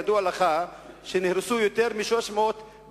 ידוע לך שבשנתיים האחרונות נהרסו יותר מ-300 בתים,